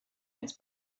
its